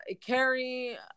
Carrie